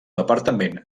departament